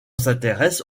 s’intéresse